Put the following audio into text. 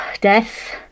Death